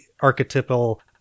archetypal